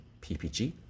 ppg